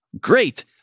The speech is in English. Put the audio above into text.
Great